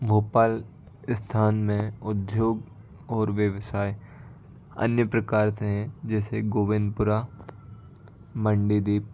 भोपाल स्थान में उध्योग ओर व्यवसाय अन्य प्रकार से हैं जैसे गोविंदपुरा मंडीदीप